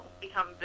become